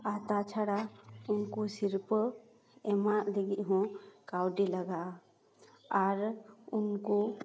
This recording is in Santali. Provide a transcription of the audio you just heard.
ᱟᱨ ᱛᱟᱪᱷᱟᱲᱟ ᱩᱱᱠᱩ ᱥᱤᱨᱯᱟᱹ ᱮᱢᱚᱜ ᱞᱟᱹᱜᱤᱫ ᱦᱚᱸ ᱠᱟᱹᱣᱰᱤ ᱞᱟᱜᱟᱜᱼᱟ ᱟᱨ ᱩᱱᱠᱩ